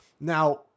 Now